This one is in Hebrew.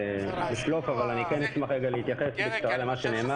אבל כן אשמח להתייחס בקצרה אל מה שנאמר.